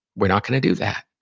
we're not gonna do that.